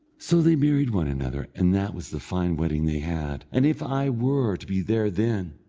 so they married one another, and that was the fine wedding they had, and if i were to be there then,